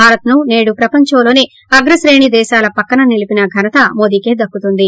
భారత్ ను సేదు ప్రపంచంలోన అగ్రశ్రేణి దేశాల పక్కన నిలిపిన ఘనత మోదీకే దక్కుతుంది